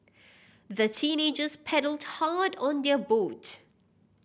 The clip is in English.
the teenagers paddled hard on their boat